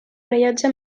rellotge